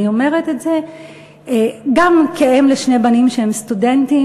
אני אומרת את זה גם כאם לשני בנים שהם סטודנטים.